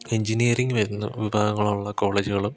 engineering വരുന്ന വിഭാഗങ്ങൾ ഉള്ള കോളേജ്കളും